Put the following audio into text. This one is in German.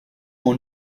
ihre